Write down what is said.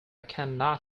cannot